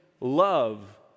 love